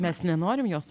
mes nenorim jos